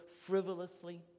frivolously